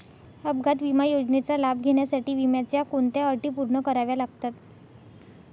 अपघात विमा योजनेचा लाभ घेण्यासाठी विम्याच्या कोणत्या अटी पूर्ण कराव्या लागतात?